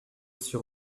sur